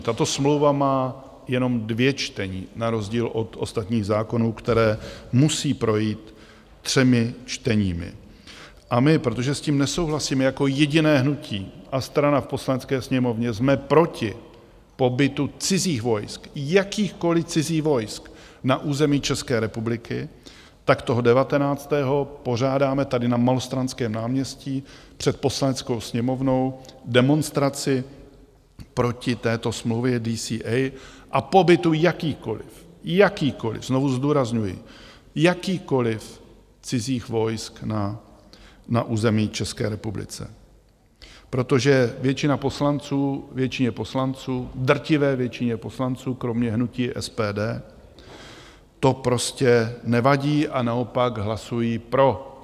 Tato smlouva má jenom dvě čtení na rozdíl od ostatních zákonů, které musejí projít třemi čteními, a my, protože s tím nesouhlasíme jako jediné hnutí a strana v Poslanecké sněmovně, jsme proti pobytu cizích vojsk, jakýchkoliv cizích vojsk na území České republiky, tak toho devatenáctého pořádáme tady na Malostranském náměstí před Poslaneckou sněmovnou demonstraci proti této smlouvě DCA a pobytu jakýchkoliv jakýchkoliv, znovu zdůrazňuji, jakýchkoliv cizích vojsk na území České republiky, protože většině poslanců, drtivé většině poslanců kromě hnutí SPD, to prostě nevadí a naopak hlasují pro.